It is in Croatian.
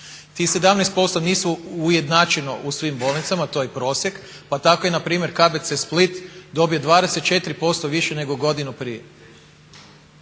Tih 17% nisu ujednačeno u svim bolnicama, to je prosjek, pa tako je npr. KBC Split dobio 24% više nego godinu prije.